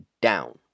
down